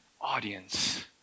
audience